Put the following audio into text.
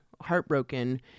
heartbroken